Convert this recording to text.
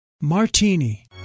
Martini